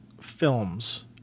films